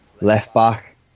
Left-back